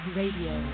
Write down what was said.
radio